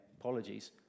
apologies